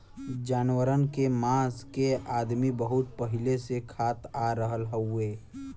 जानवरन के मांस के अदमी बहुत पहिले से खात आ रहल हउवे